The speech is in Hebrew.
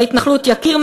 בהתנחלות יקיר,